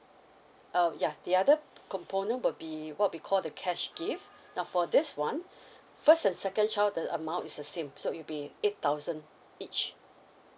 uh ya the other component will be what we call the cash gift now for this one first and second child the amount is the same so it'll be eight thousand each